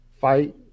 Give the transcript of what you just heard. fight